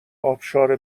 ابشار